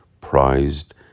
prized